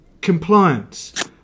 compliance